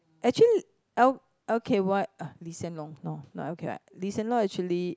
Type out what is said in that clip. actually L~ l_k_y uh Lee Hsien Loong no not l_k_y Lee Hsien Loong actually